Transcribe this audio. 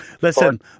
listen